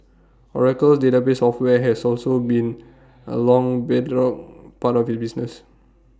Oracle's database software has been A long bedrock part of its business